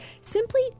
simply